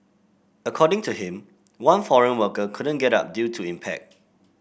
according to him one foreign worker couldn't get up due to the impact